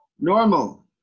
Normal